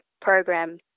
program